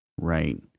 Right